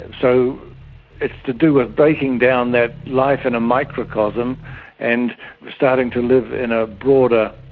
so it's to do with breaking down that life in a microcosm and starting to live in a broader,